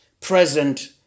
present